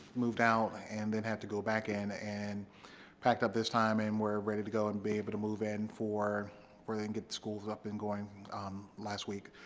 moved out, and then had to go back in, and packed up this time and were ready to go and be able to move in for where they can get schools up and going last week.